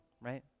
right